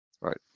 Right